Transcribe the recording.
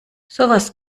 sowas